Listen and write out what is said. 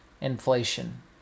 inflation